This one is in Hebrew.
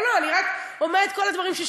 לא, לא, אני רק אומרת את כל הדברים ששמעתי.